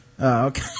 okay